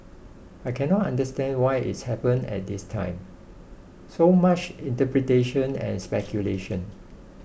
I cannot understand why it's happened at this time so much interpretation and speculation